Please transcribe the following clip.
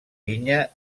vinya